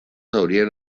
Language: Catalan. haurien